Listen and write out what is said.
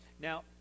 Now